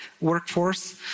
workforce